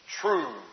true